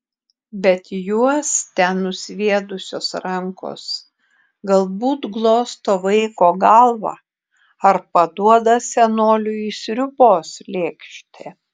bet juos ten nusviedusios rankos galbūt glosto vaiko galvą ar paduoda senoliui sriubos lėkštę